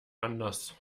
anders